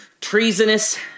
Treasonous